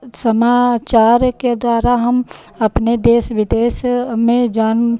समाचार के द्वारा हम अपने देश विदेश में जान